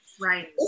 right